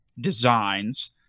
designs